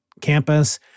campus